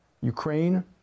Ukraine